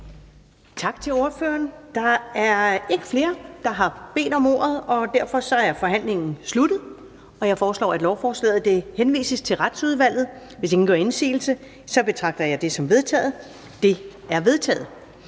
Tak til ordføreren. Der er ikke flere, der har bedt om ordet, og derfor er forhandlingen sluttet. Jeg foreslår, at lovforslaget henvises til Retsudvalget. Hvis ingen gør indsigelse, betragter jeg det som vedtaget. Det er vedtaget.